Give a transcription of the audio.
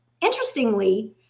Interestingly